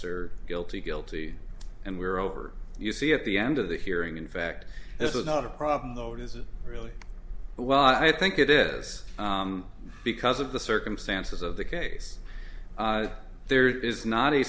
or guilty guilty and we were over you see at the end of the hearing in fact this is not a problem though is it really well i think it is because of the circumstances of the case there is not a